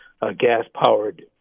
gas-powered